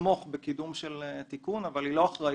לתמוך בקידום של תיקון, אבל היא לא אחראית.